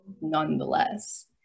nonetheless